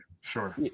sure